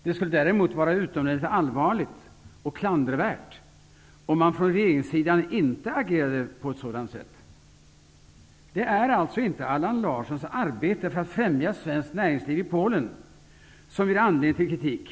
Det skulle vara utomordentligt allvarligt och klandervärt om man från regeringssidan inte agerade på ett sådant sätt. Det är alltså inte Allan Larssons arbete för att främja svenskt näringsliv i Polen som ger anledning till kritik.